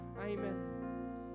Amen